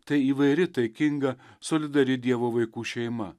tai įvairi taikinga solidari dievo vaikų šeima